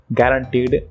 guaranteed